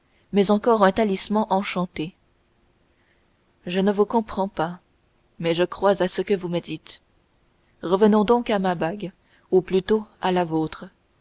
mais c'est encore un talisman enchanté je ne vous comprends pas mais je crois à ce que vous me dites revenons donc à ma bague ou plutôt à la vôtre